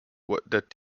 that